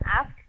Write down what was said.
ask